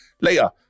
Later